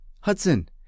Hudson